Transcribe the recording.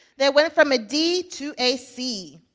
they went from a d to a c.